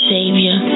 Savior